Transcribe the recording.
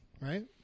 right